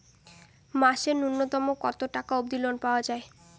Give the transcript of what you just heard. মাসে নূন্যতম কতো টাকা অব্দি লোন পাওয়া যায়?